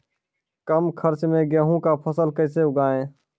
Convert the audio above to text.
कम खर्च मे गेहूँ का फसल कैसे उगाएं?